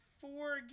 four